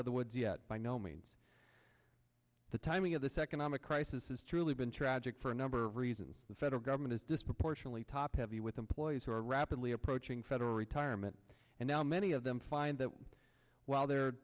of the woods yet by no means the timing of this economic crisis has truly been tragic for a number of reasons the federal government is disproportionately top heavy with employees who are rapidly approaching federal retirement and now many of them find that while the